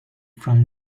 from